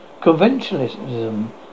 conventionalism